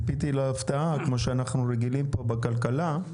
ציפיתי להפתעה כמו שאנחנו רגילים פה בוועדת כלכלה.